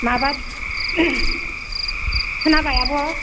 माबा खोनाबाय आब'